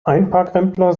einparkrempler